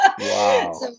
Wow